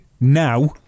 now